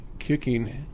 Kicking